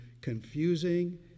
confusing